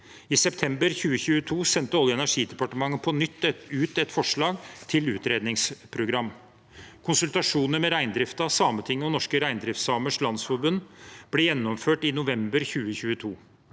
I september 2022 sendte Olje- og energidepartementet på nytt ut et forslag til utredningsprogram. Konsultasjoner med reindriften, Sametinget og Norske Reindriftsamers Landsforbund ble gjennomført i november 2022.